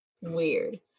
weird